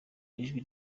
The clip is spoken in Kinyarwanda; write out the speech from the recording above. ijwi